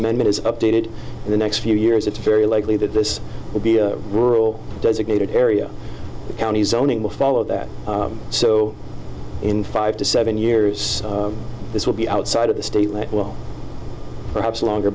amendment is updated in the next few years it's very likely that this will be a rural designated area the county zoning will follow that so in five to seven years this will be outside of the state like well perhaps longer